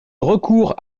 recours